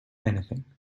anything